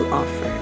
offer